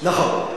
נכון.